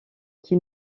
qui